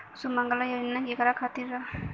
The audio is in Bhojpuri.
सुमँगला योजना केकरा खातिर ह?